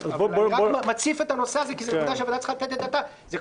אני רק מציף את הנושא הזה כי זו נקודה שהוועדה צריכה לתת את הדעת עליה.